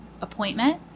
appointment